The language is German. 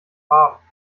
farben